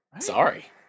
sorry